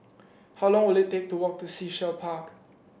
how long will it take to walk to Sea Shell Park